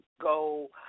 go